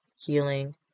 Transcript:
healing